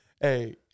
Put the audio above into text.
Hey